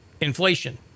inflation